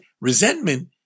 Resentment